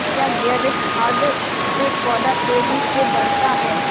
क्या जैविक खाद से पौधा तेजी से बढ़ता है?